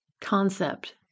concept